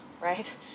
right